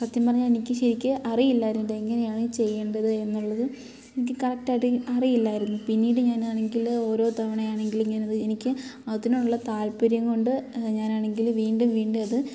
സത്യം പറഞ്ഞാൽ എനിക്ക് ശരിക്ക് അറിയില്ലായിരുന്നു ഇത് എങ്ങനെയാണ് ചെയ്യേണ്ടത് എന്നുള്ളത് എനിക്ക് കറക്റ്റായിട്ട് അറിയില്ലായിരുന്നു പിന്നീട് ഞാനാണെങ്കില് ഓരോ തവണയാണെങ്കിലും ഇങ്ങനെയത് എനിക്ക് അതിനുള്ള താൽപര്യം കൊണ്ട് ഞാനാണെങ്കിൽ വീണ്ടും വീണ്ടും അത്